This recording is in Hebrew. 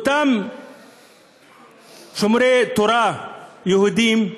אותם שומרי תורה יהודים,